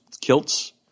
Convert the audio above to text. kilts